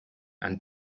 and